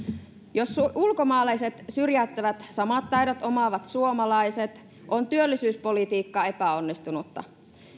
jos ulkomaalaiset syrjäyttävät samat taidot omaavat suomalaiset on työllisyyspolitiikka epäonnistunutta